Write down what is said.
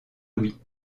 louis